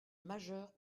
majeur